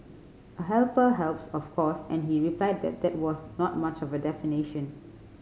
a helper helps of course and he replied that that was not much of a definition